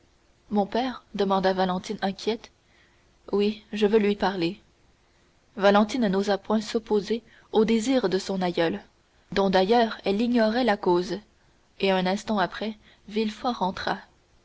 mon père demanda valentine inquiète oui je veux lui parler valentine n'osa point s'opposer au désir de son aïeule dont d'ailleurs elle ignorait la cause et un instant après villefort entra